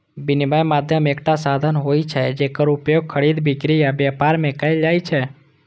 विनिमय माध्यम एकटा साधन होइ छै, जेकर उपयोग खरीद, बिक्री आ व्यापार मे कैल जाइ छै